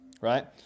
right